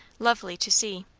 lovely to see.